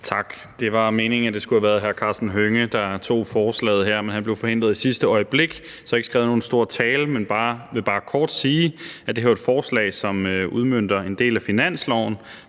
Tak. Det var meningen, at det skulle have været hr. Karsten Hønge, der tog forslaget her, men han blev forhindret i sidste øjeblik. Så jeg har ikke skrevet nogen lang tale, men jeg vil bare kort sige, at det her er et forslag, som udmønter en del af finansloven.